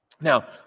Now